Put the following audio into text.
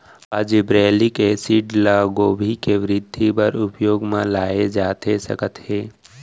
का gibberellic acid ल गोभी के वृद्धि बर उपयोग म लाये जाथे सकत हे?